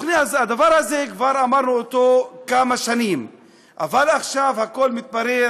את הדבר הזה אמרנו זה כמה שנים אבל עכשיו הכול מתברר,